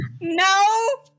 No